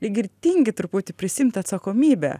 lyg ir tingi truputį prisiimt atsakomybę